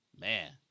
man